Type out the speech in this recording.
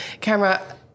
camera